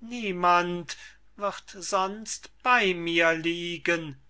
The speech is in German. niemand wird sonst bey mir liegen